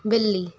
बिल्ली